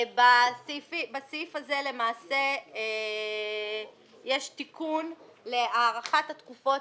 בסעיף הזה למעשה יש תיקון להארכת התקופות,